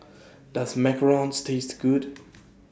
Does Macarons Taste Good